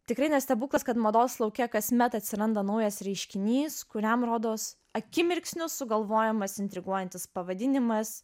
tikrai ne stebuklas kad mados lauke kasmet atsiranda naujas reiškinys kuriam rodos akimirksniu sugalvojamas intriguojantis pavadinimas